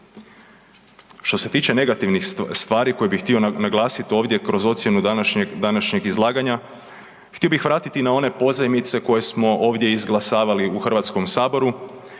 Što se tiče negativnih stvari koje bih htio naglasiti ovdje kroz ocjenu današnjeg izlaganja. Htio bih vratiti na one pozajmice koje smo ovdje izglasavali u Hrvatskom saboru